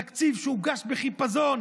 תקציב שהוגש בחיפזון,